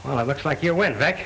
well it looks like you're went back